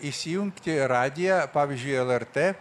įsijungti radiją pavyzdžiui lrt